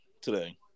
today